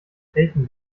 taken